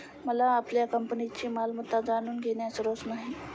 मला आपल्या कंपनीची मालमत्ता जाणून घेण्यात रस नाही